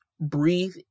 breathe